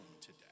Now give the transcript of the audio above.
today